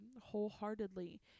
wholeheartedly